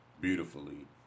beautifully